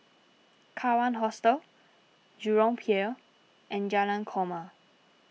Kawan Hostel Jurong Pier and Jalan Korma